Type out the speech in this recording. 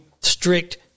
strict